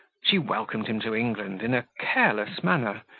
she welcomed him to england in a careless manner,